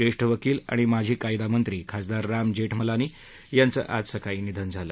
ज्येष्ठ वकील आणि माजी कायदामंत्री खासदार राम जेठमलानी यांचं आज सकाळी निधन झालं